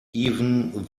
even